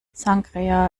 sangria